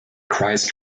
christ